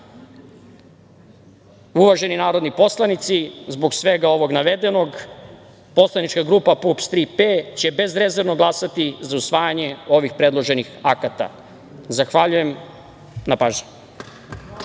narodni poslanici, zbog svega ovog navedenog poslanička grupa PUPS – Tri „P“ će bezrezervno glasati za usvajanje ovih predloženih akata. Zahvaljujem na pažnji.